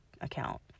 account